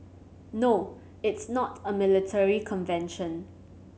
no it's not a military convention